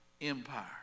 empire